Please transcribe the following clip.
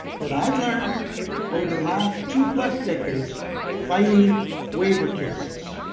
that i have learned over the last two plus decades fighting waiver cases.